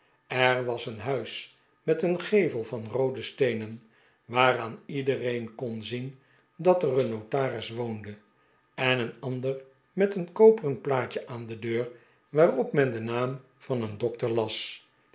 er was een huis met een gevel van roode steenen waaraan iedereen kon zien dat er een notaris woonde en een ander met een koperen plaatje aan de deur waarop men den naam van een dokter las